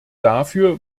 dafür